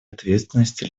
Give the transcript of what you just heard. ответственности